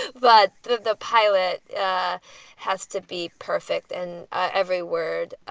but the the pilot has to be perfect and every word,